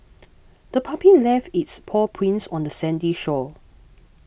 the puppy left its paw prints on the sandy shore